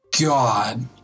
God